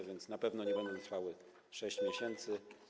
A więc na pewno nie będą one trwały 6 miesięcy.